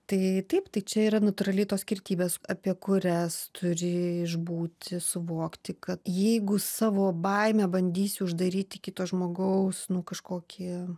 tai taip tai čia yra natūraliai tos skirtybės apie kurias turi išbūti suvokti kad jeigu savo baimę bandysi uždaryti kito žmogaus nu kažkokį